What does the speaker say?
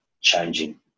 changing